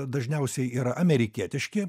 dažniausiai yra amerikietiški